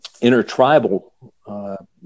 intertribal